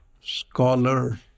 scholar